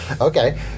Okay